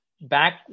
back